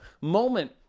moment